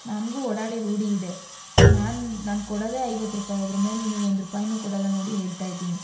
ನನಗೂ ಓಡಾಡಿ ರೂಢಿ ಇದೆ ನಾನು ನಾನು ಕೊಡೋದೇ ಐವತ್ತು ರೂಪಾಯಿ ಅದ್ರ್ಮೇಲೆ ನಿಮಗ್ ಒಂದು ರೂಪಾಯಿನೂ ಕೊಡೊಲ್ಲ ನೋಡಿ ಹೇಳ್ತಾ ಇದ್ದೀನಿ